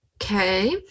okay